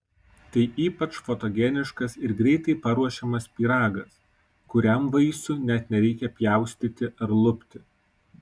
tai ypač fotogeniškas ir greitai paruošiamas pyragas kuriam vaisių net nereikia pjaustyti ar lupti